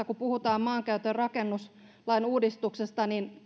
kun puhutaan maankäyttö ja rakennuslain uudistuksesta niin